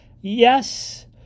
yes